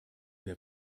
wir